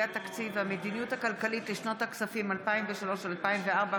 התקציב והמדיניות הכלכלית לשנות הכספים כספים 2003 ו-2004)